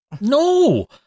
No